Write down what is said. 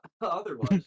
Otherwise